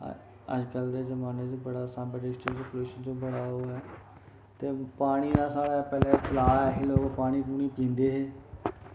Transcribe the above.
अजकल्ल दे जमाने च बड़ा सांबा डिस्टिक च प्लयूशन च बड़ा ओह् ऐ ते पानी दा साढ़ै पैह्ले तला हे लोक पानी पूनी पींदे हे